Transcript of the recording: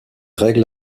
règles